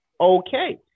Okay